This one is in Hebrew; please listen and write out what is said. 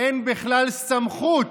אין בכלל סמכות